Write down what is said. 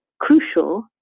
crucial